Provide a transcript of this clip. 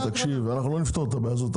אנחנו לא נפתור את הבעיה הזאת,